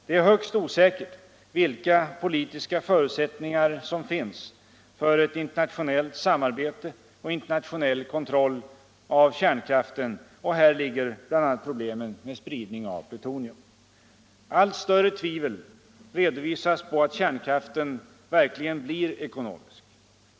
Det är högst osäkert vilka politiska förutsättningar som finns för ett internationellt samarbete och internationell kontroll av kärnkraften, och här ligger bl.a. problemen med spridning av plutonium. Allt större tvivel redovisas på att kärnkraften verkligen blir ekonomisk.